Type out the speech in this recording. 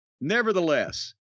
Nevertheless